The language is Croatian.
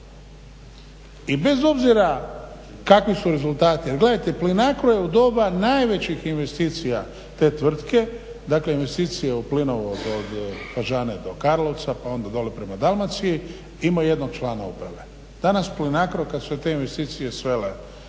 I bez obzira kakvi su rezultati, jer gledajte PLINACRO je u doba najvećih investicija te tvrtke, dakle investicije u plinovod od Fažane do Karlovca, pa onda dole prema Dalmaciji imaju jednog člana uprave. Danas Plinacro kad su te investicije svele